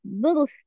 little